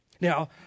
Now